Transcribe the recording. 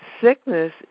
sickness